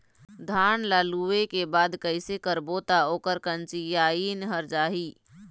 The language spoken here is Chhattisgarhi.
धान ला लुए के बाद कइसे करबो त ओकर कंचीयायिन हर जाही?